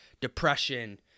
depression